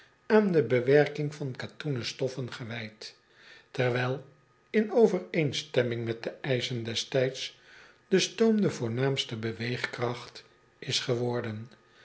aan de bewerking van katoenen stoffen gewijd terwijl in overeenstemming met de eischen des tijds de stoom de voornaamste beweegkracht is geworden